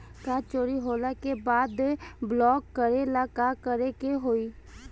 Card चोरी होइला के बाद ब्लॉक करेला का करे के होई?